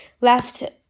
left